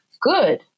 good